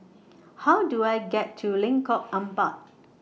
How Do I get to Lengkok Empat